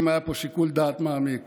אם היה פה שיקול דעת מעמיק